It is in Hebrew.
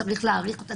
צריך להאריך אותה,